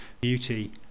beauty